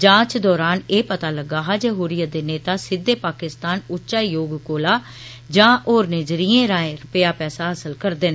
जांच दौरान एह् पता लग्गा हा जे हुर्रियत दे नेता सिद्दे पाकिस्तान उच्चायोग कोला या होरने जरिए राएं रपेआ पैसा हासल करदे न